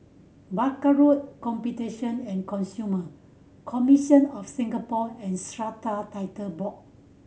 Barker Road Competition and Consumer Commission of Singapore and Strata Title Board